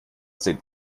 sind